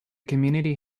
community